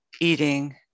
eating